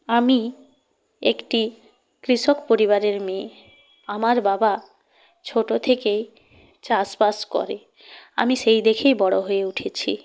আমি একটি কৃষক পরিবারের মেয়ে আমার বাবা ছোটো থেকেই চাষবাস করে আমি সেই দেখেই বড়ো হয়ে উঠেছি